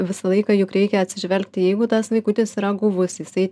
visą laiką juk reikia atsižvelgti jeigu tas vaikutis yra guvus jisai